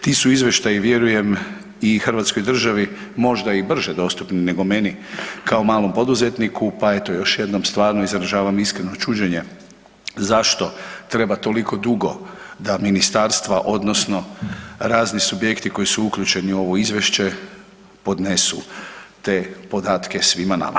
Ti su izvještaji vjerujem i Hrvatskoj državi možda i brže dostupni nego meni kao malom poduzetniku, pa eto još jednom stvarno izražavam iskreno čuđenje zašto treba toliko dugo da ministarstva, odnosno razni subjekti koji su uključeni u ovo izvješće podnesu te podatke svima nama.